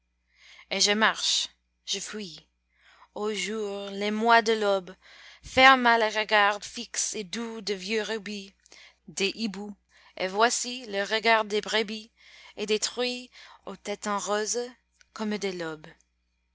et je marche je fuis ô jour l'émoi de l'aube ferma le regard fixe et doux de vieux rubis des hiboux et voici le regard des brebis et des truies aux tetins roses comme des lobes